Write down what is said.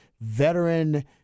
veteran